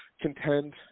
contend